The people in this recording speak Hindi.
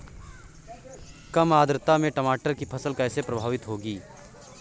कम आर्द्रता में टमाटर की फसल कैसे प्रभावित होगी?